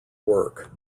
work